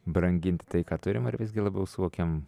brangint tai ką turim ar visgi labiau suvokiam